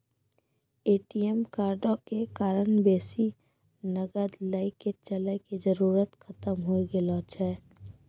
ATM कार्डो के कारण बेसी नगद लैके चलै के जरुरत खतम होय गेलो छै